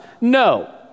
No